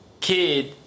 kid